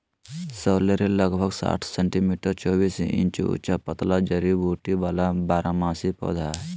sorrel लगभग साठ centimetre चौबीस इंच ऊंचा पतला जड़ी बूटी वाला बारहमासी पौधा हइ